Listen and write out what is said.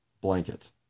blanket